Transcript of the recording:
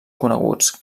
coneguts